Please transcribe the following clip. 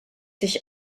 sich